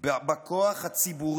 נבחרי הציבור